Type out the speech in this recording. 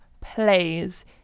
plays